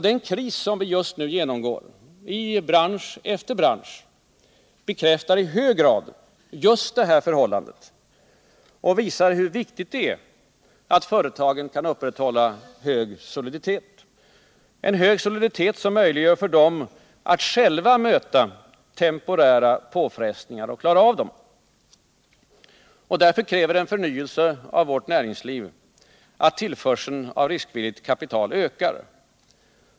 Den kris som vi just nu genomgår i bransch efter bransch bekräftar i hög grad just det här förhållandet och visar hur viktigt det är att företagen kan upprätthålla en hög soliditet, som möjliggör för dem att själva möta temporära påfrestningar och klara av dem. En förnyelse av vårt näringsliv kräver alltså att tillförseln av riskvilligt kapital ökar.